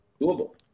doable